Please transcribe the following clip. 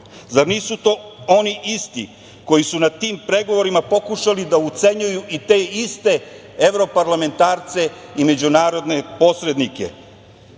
Zar nisu to oni isti koji su na tim pregovorima pokušali da ucenjuju i te iste evroparlamentarce i međunarodne posrednike.